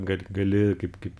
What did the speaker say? gal gali kaip